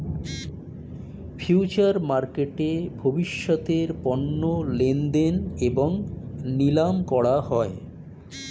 future মার্কেটে ভবিষ্যতের পণ্য লেনদেন এবং নিলাম করা হয়